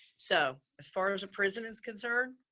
so as far as a prison is concerned,